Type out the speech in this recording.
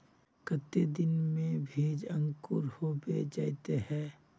केते दिन में भेज अंकूर होबे जयते है?